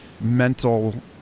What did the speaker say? mental